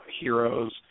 heroes